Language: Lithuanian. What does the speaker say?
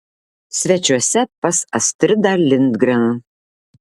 svečiuose pas astridą lindgren